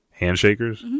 Handshakers